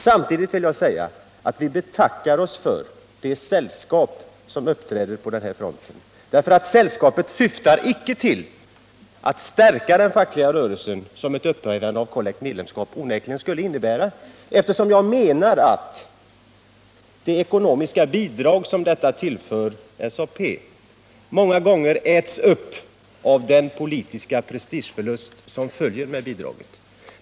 Samtidigt vill jag säga att vi betackar oss för det sällskap som uppträder på den här fronten, ty sällskapet syftar icke till att stärka den fackliga rörelsen, som ett upphörande av kollektivt medlemskap onekligen skulle innebära. Jag anser nämligen att det ekonomiska bidrag som det kollektiva medlemskapet ger SAP ofta äts upp av den politiska prestigeförlust som följer med bidraget.